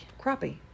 Crappie